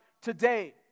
today